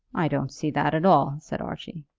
i don't see that at all, said archie.